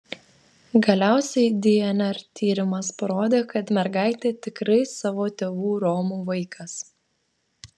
galiausiai dnr tyrimas parodė kad mergaitė tikrai savo tėvų romų vaikas